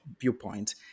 viewpoint